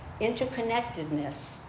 interconnectedness